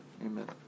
Amen